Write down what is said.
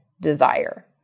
desire